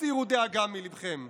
הסירו דאגה מליבכם.